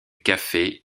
café